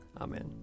Amen